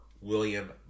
William